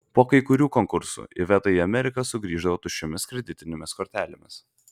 po kai kurių konkursų iveta į ameriką sugrįždavo tuščiomis kreditinėmis kortelėmis